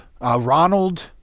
Ronald